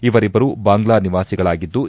ಇವರಿಭ್ಗರು Bangla ನಿವಾಸಿಗಳಾಗಿದ್ಲು